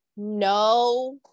no